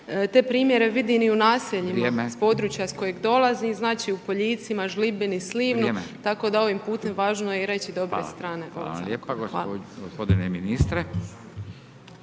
Te primjere vidim i u naseljima s područja s kojeg dolazim. Znači u Poljicima, Žlibini, Slivnom, tako da ovim putem važno je reći dobre strane ovog zakona. **Radin, Furio